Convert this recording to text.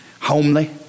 homely